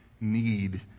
need